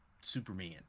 Superman